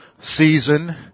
season